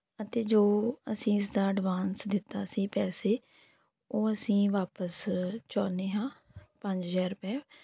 ਅਤੇ ਜੋ ਅਸੀਂ ਇਸ ਦਾ ਐਡਵਾਂਸ ਦਿੱਤਾ ਸੀ ਪੈਸੇ ਉਹ ਅਸੀਂ ਵਾਪਸ ਚਾਹੁੰਦੇ ਹਾਂ ਪੰਜ ਹਜ਼ਾਰ ਰੁਪਏ